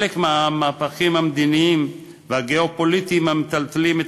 כחלק מהמהפכים המדיניים והגיאו-פוליטיים המטלטלים את